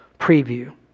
preview